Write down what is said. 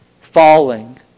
falling